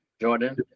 Jordan